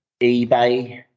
eBay